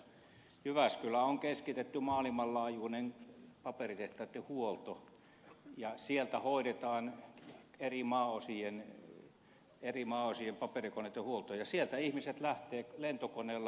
jyväskylään on keskitetty maailmanlaajuinen paperitehtaitten huolto sieltä hoidetaan eri maanosien paperikoneiden huolto ja sieltä ihmiset lähtevät lentokoneella